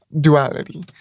duality